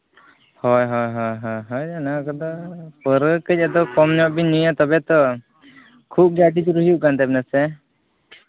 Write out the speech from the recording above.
ᱦᱳᱭ ᱦᱳᱭ ᱦᱳᱭ ᱚᱱᱟ ᱠᱚᱫᱚ ᱯᱟᱹᱣᱨᱟᱹ ᱠᱟᱹᱡ ᱠᱚᱢ ᱧᱚᱜ ᱵᱮᱱ ᱧᱩᱭᱟ ᱛᱚᱵᱮ ᱛᱚ ᱠᱷᱩᱜ ᱜᱮ ᱟᱹᱰᱤ ᱡᱳᱨ ᱦᱩᱭᱩᱜ ᱠᱟᱱ ᱛᱟᱵᱮᱱᱟ ᱥᱮ